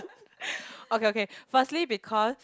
okay okay firstly because